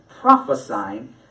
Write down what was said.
prophesying